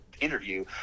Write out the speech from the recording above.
interview